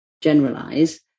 generalize